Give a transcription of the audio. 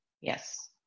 Yes